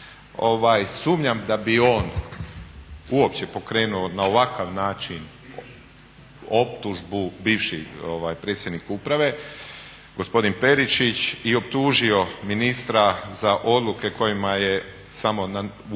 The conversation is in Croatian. sumnjam da bi on uopće pokrenuo na ovakav način optužbu, bivši predsjednik uprave, gospodin Perišić, i optužio ministra za odluke kojima je samo u tom